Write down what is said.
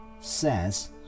says